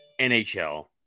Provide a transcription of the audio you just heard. nhl